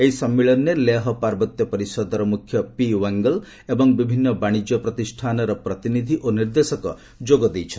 ଏହି ସମ୍ମିଳନୀରେ ଲେହ୍ ପାର୍ବତ୍ୟ ପରିଷଦର ମୁଖ୍ୟ ପି ୱାଙ୍ଗ୍ଲ ଏବଂ ବିଭିନ୍ନ ବାଣିଜ୍ୟ ପ୍ରତିଷ୍ଠାନର ପ୍ରତିନିଧି ଓ ନିର୍ଦ୍ଦେଶକ ଯୋଗ ଦେଇଛନ୍ତି